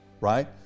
right